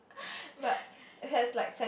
but it has like sentiment